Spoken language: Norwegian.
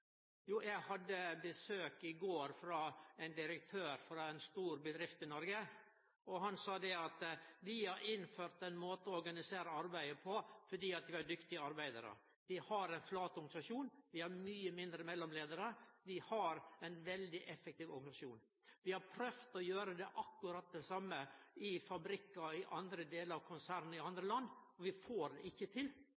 Eg hadde besøk i går av ein direktør frå ei stor bedrift i Noreg, og han sa at vi har innført ein måte å organisere arbeidet på fordi vi har dyktige arbeidarar. Vi har ein flat organisasjon, vi har mange færre mellomleiarar og vi har ein veldig effektiv organisasjon. Vi har prøvd å gjere akkurat det same i fabrikkar i andre delar av konsernet i andre